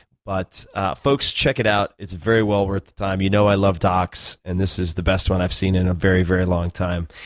but folks, check it out. it's very well worth the time. you know i love docs, and this is the best one i've seen in a very, very long time.